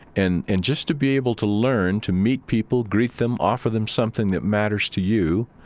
and and just to be able to learn to meet people, greet them, offer them something that matters to you,